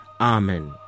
Amen